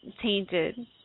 tainted